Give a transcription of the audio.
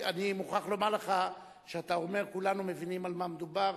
אני מוכרח לומר לך שאתה אומר "כולנו מבינים על מה מדובר",